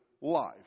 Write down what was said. life